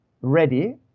ready